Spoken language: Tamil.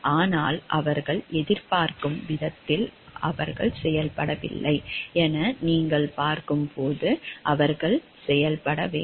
ஆனால் அவர்கள் எதிர்பார்க்கும் விதத்தில் அவர்கள் செயல்படவில்லை என நீங்கள் பார்க்கும்போது அவர்கள் செயல்பட வேண்டும்